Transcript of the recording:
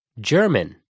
german